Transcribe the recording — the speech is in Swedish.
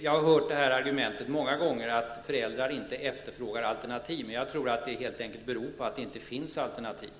Jag har många gånger hört argumentet att föräldrar inte efterfrågar alternativ barnomsorg, men jag tror att det helt enkelt beror på att det inte finns alternativ.